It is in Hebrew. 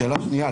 שאלה שנייה,